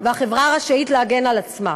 והחברה רשאית להגן על עצמה.